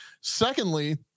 Secondly